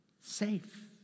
Safe